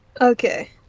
Okay